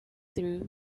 through